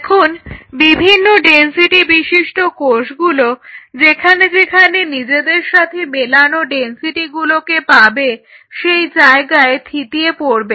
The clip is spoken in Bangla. এখন বিভিন্ন ডেনসিটিবিশিষ্ট কোষগুলো যেখানে যেখানে নিজেদের সাথে মেলানো ডেনসিটিগুলোকে পাবে সেই জায়গায় থিতিয়ে পড়বে